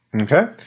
Okay